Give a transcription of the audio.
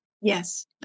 Yes